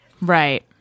Right